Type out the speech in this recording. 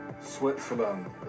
Switzerland